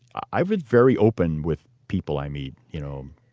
i've been very open with people i meet, you know,